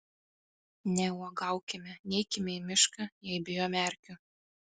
neuogaukime neikime į mišką jei bijome erkių